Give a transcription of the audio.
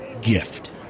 gift